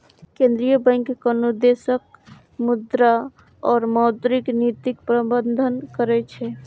केंद्रीय बैंक कोनो देशक मुद्रा और मौद्रिक नीतिक प्रबंधन करै छै